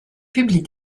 publie